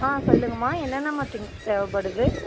ஆ சொல்லுங்கம்மா என்னான்னமா திங்க்ஸ் தேவைப்படுது